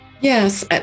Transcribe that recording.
yes